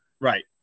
Right